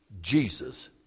Jesus